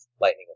lightning